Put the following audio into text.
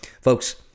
Folks